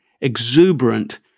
exuberant